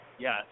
Yes